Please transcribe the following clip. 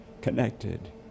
connected